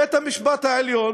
בית-המשפט העליון